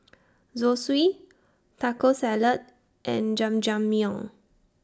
Zosui Taco Salad and Jajangmyeon